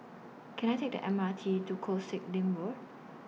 Can I Take The M R T to Koh Sek Lim Road